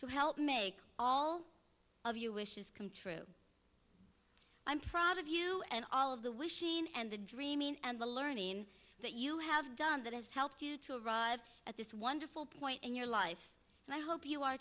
to help make all of you wishes come true i'm proud of you and all of the wishing and the dream and the learning that you have done that has helped you to arrive at this wonderful point in your life and i hope you are